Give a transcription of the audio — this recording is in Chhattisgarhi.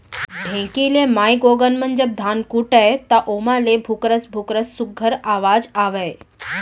ढेंकी ले माईगोगन मन जब धान कूटय त ओमा ले भुकरस भुकरस सुग्घर अवाज आवय